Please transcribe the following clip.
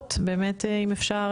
לראות באמת אם אפשר,